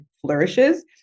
flourishes